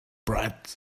bright